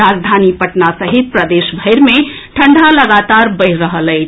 राजधानी पटना सहित प्रदेशभरि मे ठंढ़ा लगातार बढ़ि रहल अछि